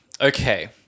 Okay